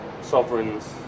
Sovereigns